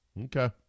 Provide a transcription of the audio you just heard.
Okay